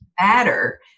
matter